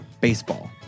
baseball